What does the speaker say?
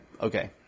okay